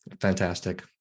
Fantastic